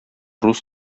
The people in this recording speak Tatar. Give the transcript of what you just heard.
рус